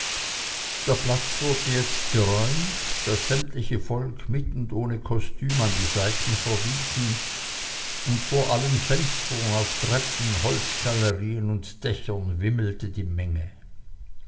der platz wurde jetzt geräumt das sämtliche volk mit und ohne kostüm an die seiten verwiesen und vor allen fenstern auf treppen holzgalerien und dächern wimmelte die menge